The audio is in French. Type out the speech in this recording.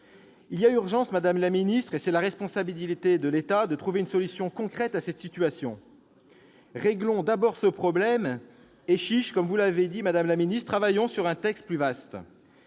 Il y a urgence, madame la secrétaire d'État, et c'est la responsabilité de l'État de trouver une solution concrète à cette situation. Réglons d'abord ce problème et- chiche !-comme vous l'avez dit, travaillons sur un texte plus vaste.